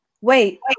Wait